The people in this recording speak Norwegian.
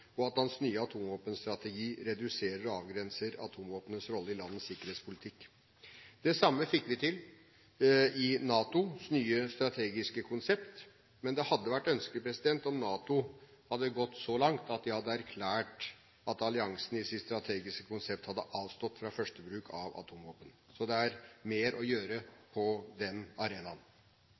og at hans nye atomvåpenstrategi reduserer og avgrenser atomvåpnenes rolle i landenes sikkerhetspolitikk. Det samme fikk vi til i NATOs nye strategiske konsept, men det hadde vært ønskelig om NATO hadde gått så langt at de hadde erklært at alliansen i sitt strategiske konsept hadde avstått fra førstebruk av atomvåpen. Det er mer å gjøre på den arenaen.